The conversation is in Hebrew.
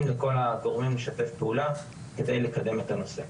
לכל הגורמים לשתף פעולה כדי לקדם את הנושא.